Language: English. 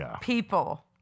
people